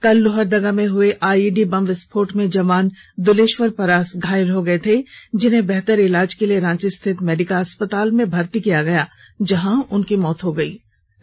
कल लोहरदगा में हए आईईईडी विस्फोट में जवान दुलेश्वर परास घायल हो गये थे जिन्हें बेहतर इलाज के लिए रांची स्थित मेडिका अस्पताल में भर्ती किया गया था जहां उनकी मौत हो गयी थी